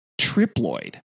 triploid